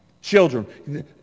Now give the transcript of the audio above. Children